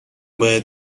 باید